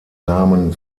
namen